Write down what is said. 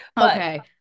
okay